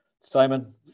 Simon